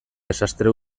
desastre